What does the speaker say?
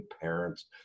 parents